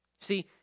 See